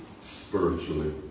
spiritually